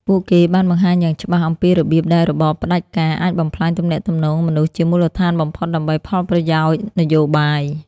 ពួកគេបានបង្ហាញយ៉ាងច្បាស់អំពីរបៀបដែលរបបផ្តាច់ការអាចបំផ្លាញទំនាក់ទំនងមនុស្សជាមូលដ្ឋានបំផុតដើម្បីផលប្រយោជន៍នយោបាយ។